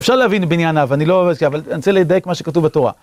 אפשר להבין בענייניו, אני לא אוהב את זה, אבל אני רוצה לדייק מה שכתוב בתורה.